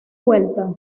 vuelta